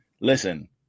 Listen